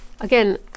Again